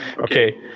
okay